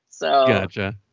Gotcha